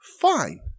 Fine